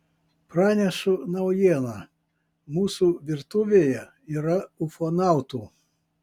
pranešu naujieną mūsų virtuvėje yra ufonautų